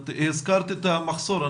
הזכרת את המחסור,